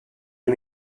les